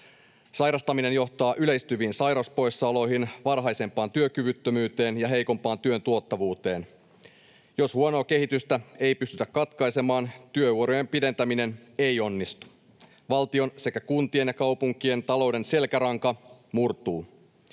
Sairastaminen johtaa yleistyviin sairauspoissaoloihin, varhaisempaan työkyvyttömyyteen ja heikompaan työn tuottavuuteen. Jos huonoa kehitystä ei pystytä katkaisemaan, työurien pidentäminen ei onnistu. Valtion sekä kuntien ja kaupunkien talouden selkäranka murtuu.